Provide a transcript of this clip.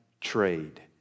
trade